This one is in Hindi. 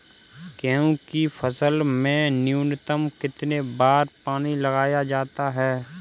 गेहूँ की फसल में न्यूनतम कितने बार पानी लगाया जाता है?